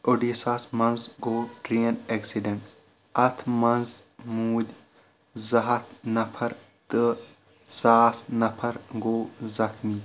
اُڈیٖساہس منٛز گوٚو ٹرین اٮ۪کسہِ ڈنٛٹ اتھ منٛز موٗدۍ زٕ ہتھ نفر تہٕ ساس نفر گوٚو زخمی